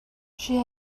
she